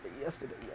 yesterday